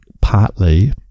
partly